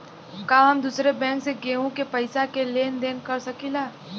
का हम दूसरे बैंक से केहू के पैसा क लेन देन कर सकिला?